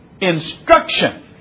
Instruction